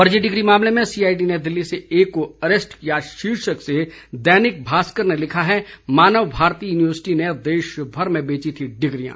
फर्जी डिग्री मामले में सीआईडी ने दिल्ली से एक को अरेस्ट किया शीर्षक से दैनिक भास्कर ने लिखा है मानव भारती यूनिवर्सिटी ने देशभर में बेची थीं डिग्रियां